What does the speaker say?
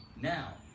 now